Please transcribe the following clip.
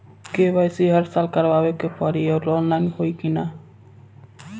KYC हर साल करवावे के पड़ी और ऑनलाइन होई की ना?